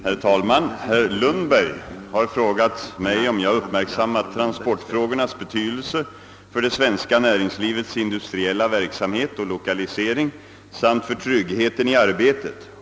Herr talman! Herr Lundberg har frågat mig om jag uppmärksammat transportfrågornas betydelse för det svenska näringslivets industriella verksamhet och lokalisering samt för tryggheten i arbetet.